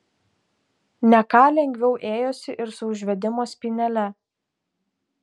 ne ką lengviau ėjosi ir su užvedimo spynele